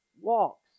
walks